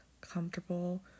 comfortable